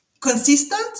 consistent